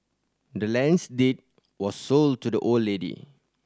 the land's deed was sold to the old lady